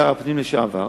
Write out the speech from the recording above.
שר הפנים לשעבר.